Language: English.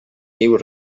new